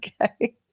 okay